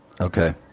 Okay